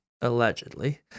allegedly